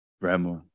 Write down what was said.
Grandma